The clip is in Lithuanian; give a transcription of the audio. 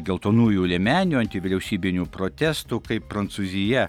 geltonųjų liemenių antvyriausybinių protestų kaip prancūzija